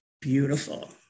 beautiful